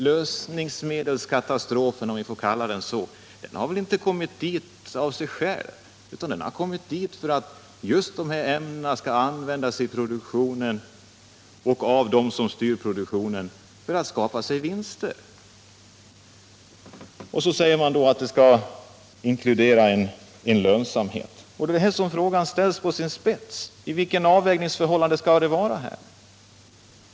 Lösningsmedelskatastrofen t.ex. har väl inte kommit av sig själv? Den har kommit just för att de som styr produktionen använder dessa ämnen för att skapa sig vinster. Så säger man då att produktionen skall inkludera lönsamhet. Det är här frågan ställs på sin spets. Hur skall avvägningen göras?